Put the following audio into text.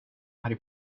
harry